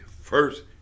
first